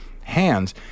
hands